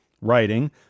writing